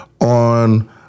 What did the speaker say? on